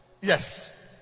Yes